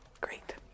Great